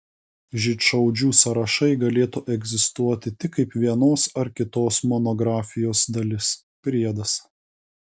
žydšaudžių sąrašai galėtų egzistuoti tik kaip vienos ar kitos monografijos dalis priedas